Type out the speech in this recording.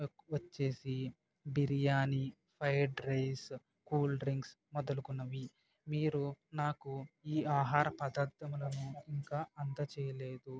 వచ్చేసి biryani fried rice cool drinks మొదలగున్నవి మీరు నాకు ఈ ఆహార పదార్ధములను ఇంకా అందచేయలేదు